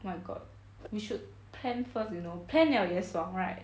oh my god we should plan first you know plan liao 也爽 right